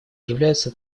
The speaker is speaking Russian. являются